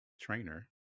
trainer